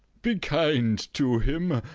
be kind to him.